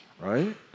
right